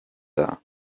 dar